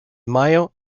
mayo